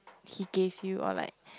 he gave you or like